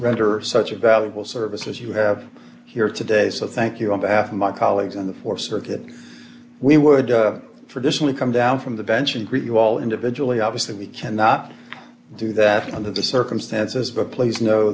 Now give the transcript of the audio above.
render such a valuable service as you have here today so thank you on behalf of my colleagues on the force we would traditionally come down from the bench and greet you all individually obviously we cannot do that under the circumstances but please kno